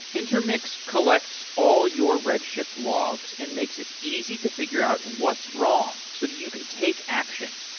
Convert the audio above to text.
intermix collects all your redshift logs and makes it easy to figure out what's wrong, so that you can take action,